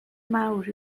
mawr